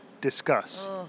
discuss